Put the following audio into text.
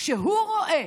כשהוא רואה